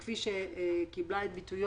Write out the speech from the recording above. כפי שהוא קיבל את ביטויו